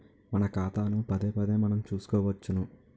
మన ఖాతాను పదేపదే మనం చూసుకోవచ్చును